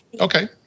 Okay